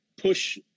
push